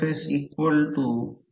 5785 ampere turn per weber आहे